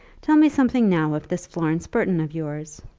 tell me something now of this florence burton of yours.